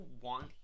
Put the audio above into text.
want